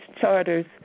charters